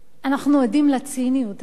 אנחנו עדים לציניות הזאת.